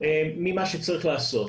ממה שצריך לעשות.